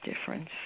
difference